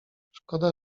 szkoda